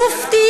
המופתי,